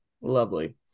Lovely